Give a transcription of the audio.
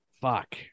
fuck